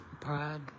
Pride